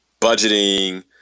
budgeting